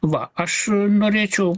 va aš norėčiau